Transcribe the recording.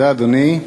תודה, אדוני.